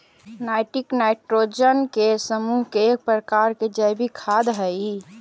chitin nitrogen के समूह के एक प्रकार के जैविक खाद हई